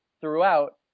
throughout